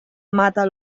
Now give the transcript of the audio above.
mata